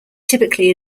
typically